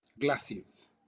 glasses